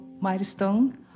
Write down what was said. milestone